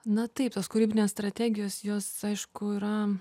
na taip tos kūrybinės strategijos jos aišku yra